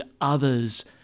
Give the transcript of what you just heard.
others